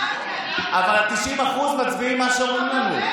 אבל ה-90% מצביעים מה שאומרים לנו.